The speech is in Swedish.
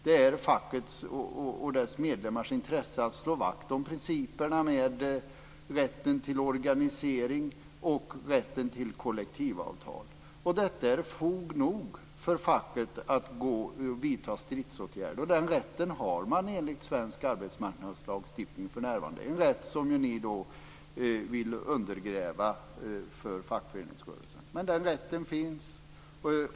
Det är fackets och dess medlemmars intresse att slå vakt om principerna för rätten till organisering och rätten till kollektivavtal. Detta är fog nog för facket att vidta stridsåtgärder. Den rätten har man enligt svensk arbetsmarknadslagstiftning för närvarande. Det är en rätt som ni vill undergräva för fackföreningsrörelsen, men den finns.